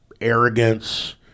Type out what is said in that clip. arrogance